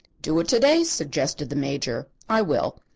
do it to-day, suggested the major. i will.